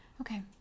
Okay